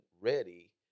ready